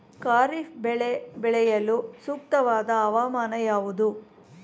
ಖಾರಿಫ್ ಬೆಳೆ ಬೆಳೆಯಲು ಸೂಕ್ತವಾದ ಹವಾಮಾನ ಯಾವುದು?